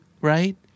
right